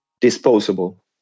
disposable